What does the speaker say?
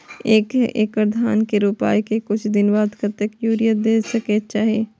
एक एकड़ धान के रोपाई के कुछ दिन बाद कतेक यूरिया दे के चाही?